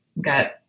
got